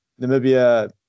Namibia